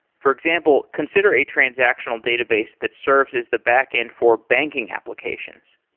for example, consider a transactional database that serves as the backend for banking applications.